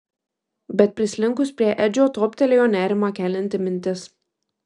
bet prislinkus prie edžio toptelėjo nerimą kelianti mintis